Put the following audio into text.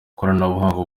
ikoranabuhanga